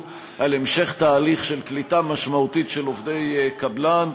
על המשך התהליך של קליטה משמעותית של עובדי קבלן.